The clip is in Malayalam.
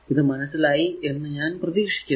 ഇത് മനസ്സിലായി എന്ന് ഞാൻ പ്രതീക്ഷിക്കുന്നു